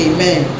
Amen